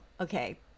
Okay